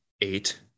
eight